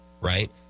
right